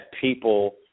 people